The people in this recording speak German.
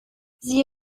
sie